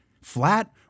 Flat